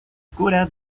cura